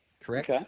Correct